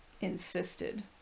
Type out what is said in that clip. insisted